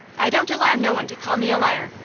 i don't allow no one to call me a liar.